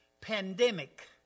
pandemic